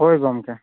ᱦᱚᱭ ᱜᱚᱢᱠᱮ